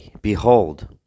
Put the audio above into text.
behold